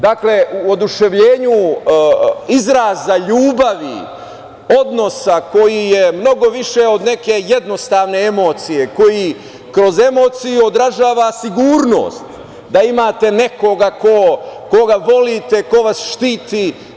Dakle, u oduševljenju izraza, ljubavi, odnosa koji je mnogo više od neke jednostavne emocije koji kroz emociju odražava sigurnost da imate nekoga koga volite, ko vas štiti.